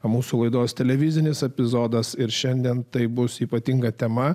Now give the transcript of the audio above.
mūsų laidos televizinis epizodas ir šiandien tai bus ypatinga tema